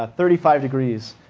ah thirty five degrees.